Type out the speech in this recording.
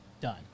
done